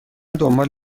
دنبال